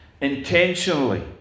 intentionally